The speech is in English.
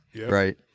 Right